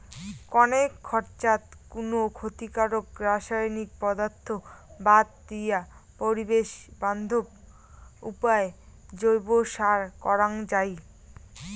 কণেক খরচাত কুনো ক্ষতিকারক রাসায়নিক পদার্থ বাদ দিয়া পরিবেশ বান্ধব উপায় জৈব সার করাং যাই